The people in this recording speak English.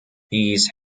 these